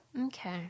Okay